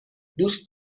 دوست